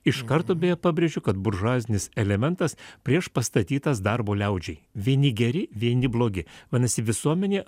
iš karto pabrėžiu kad buržuazinis elementas priešpastatytas darbo liaudžiai vieni geri vieni blogi vadinasi visuomenė